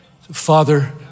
Father